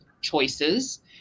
choices